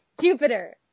Jupiter